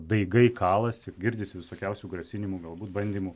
daigai kalasi girdisi visokiausių grasinimų galbūt bandymų